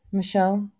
Michelle